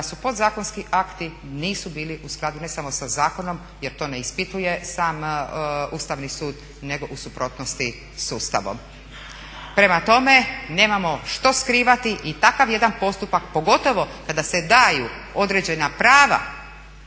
da su podzakonski akti nisu bili u skladu, ne samo sa zakonom, jer to ne ispituje sam Ustavni sud, nego u suprotnosti sa Ustavom. Prema tome, nemamo što skrivati i takav jedan postupak pogotovo kada se daju određena prava